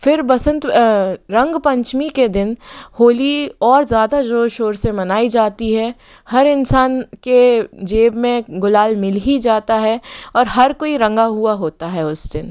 फिर बसंत रंग पंचमी के दिन होली और ज़्यादा ज़ोर शोर से मनाई जाती है हर इंसान के जेब में गुलाल मिल ही जाता है और हर कोई रंगा हुआ होता है उस दिन